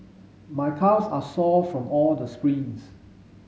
my calves are sore from all the sprints